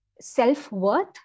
self-worth